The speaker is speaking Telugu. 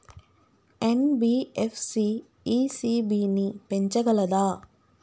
ఎన్.బి.ఎఫ్.సి ఇ.సి.బి ని పెంచగలదా?